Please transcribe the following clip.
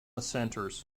centres